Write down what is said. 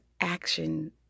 action